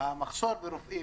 במחסור ברופאים,